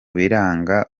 biranga